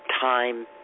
time